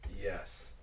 Yes